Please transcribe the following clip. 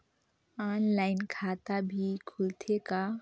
Online खाता भी खुलथे का?